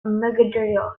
maggiore